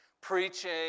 Preaching